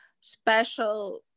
special